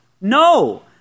No